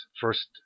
first